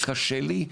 קשה לי,